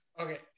Okay